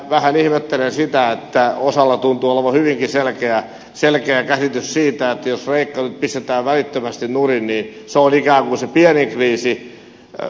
vähän ihmettelen sitä että osalla tuntuu olevan hyvinkin selkeä käsitys että jos kreikka nyt pistetään välittömästi nurin niin se on ikään kuin se pienin kriisi